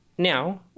Now